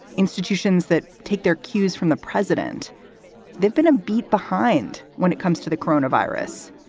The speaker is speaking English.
institutions that take their cues from the president they've been a beat behind when it comes to the corona virus.